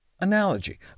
analogy